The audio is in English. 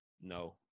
no